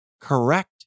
correct